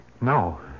No